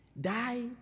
died